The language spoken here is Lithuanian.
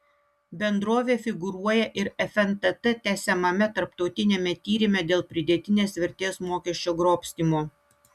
bendrovė figūruoja ir fntt tęsiamame tarptautiniame tyrime dėl pridėtinės vertės mokesčio grobstymo